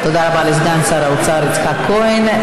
תודה רבה לסגן שר האוצר יצחק כהן.